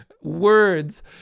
words